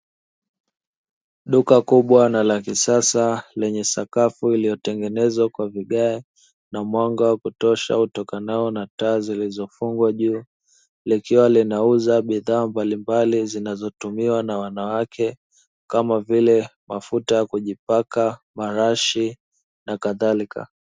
Duka kubwa na la kisasa lenye sakafu iliyotengenezwa kwa viage na mwanga wa kutosha utokanao nataa zilizofungwa juu, likiwa linauza bidhaa mbalimbali zinazotumiwa na wanawake, kama vile: mafuta ya kujipaka, marashi na kadhalika.